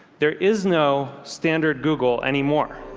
there is no standard google anymore.